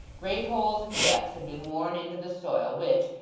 great holes and gaps had been worn into the soil, which,